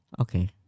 Okay